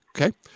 Okay